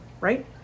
right